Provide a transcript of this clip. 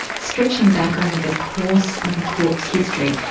stretching back over the course of a court's history,